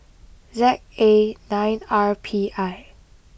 Z A nine R P I